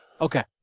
Okay